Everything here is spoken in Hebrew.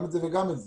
גם את זה וגם את זה.